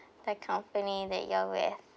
the company that you're with